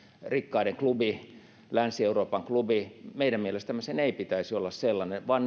rikkaiden klubi länsi euroopan klubi meidän mielestämme sen ei pitäisi olla sellainen vaan